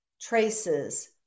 traces